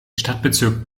stadtbezirk